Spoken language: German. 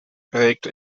erregte